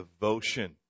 devotion